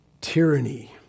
tyranny